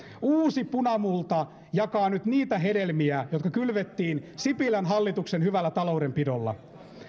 uusi punamulta jakaa nyt niitä hedelmiä jotka kylvettiin sipilän hallituksen hyvällä taloudenpidolla